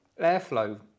airflow